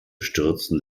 stürzen